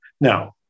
Now